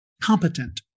competent